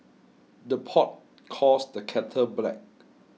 the pot calls the kettle black